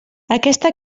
aquesta